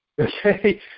Okay